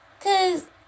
cause